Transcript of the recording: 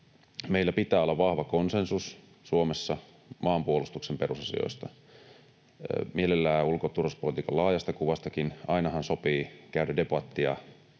meillä pitää olla vahva konsensus Suomessa maanpuolustuksen perusasioista, mielellään ulko- ja turvallisuuspolitiikan laajasta kuvastakin. Ainahan sopii käydä debattia